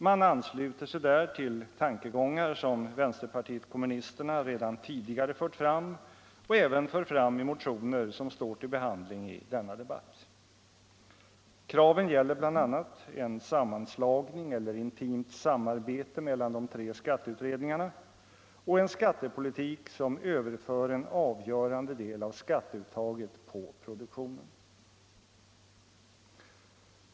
Man ansluter sig där till tankegångar som vänsterpartiet kommunisterna redan tidigare fört fram och även för fram i motioner som står uppförda till behandling i denna debatt. Kraven gäller bl.a. en sammanslagning eller intimt samarbete mellan de tre skatteutredningarna och en skattepolitik som överför en avgörande del av skatteuttaget på produktionen.